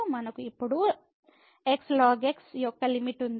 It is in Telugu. మనకు ఇప్పుడు x ln x యొక్క లిమిట్ ఉంది